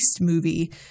movie